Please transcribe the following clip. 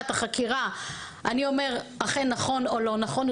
החקירה הוא אומר אכן נכון או לא נכון,